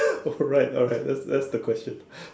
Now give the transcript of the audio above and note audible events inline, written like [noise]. [laughs] alright alright that's that's the question